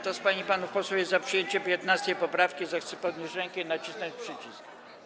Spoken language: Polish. Kto z pań i panów posłów jest za przyjęciem 15. poprawki, zechce podnieść rękę i nacisnąć przycisk.